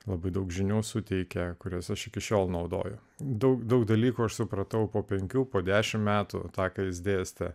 labai daug žinių suteikia kurias aš iki šiol naudojo daug daug dalykų aš supratau po penkių po dešim metų taką jis dėstė